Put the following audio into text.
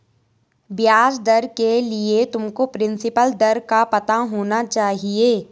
ब्याज दर के लिए तुमको प्रिंसिपल दर का पता होना चाहिए